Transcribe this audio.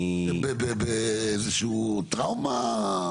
אתה באיזשהו טראומה?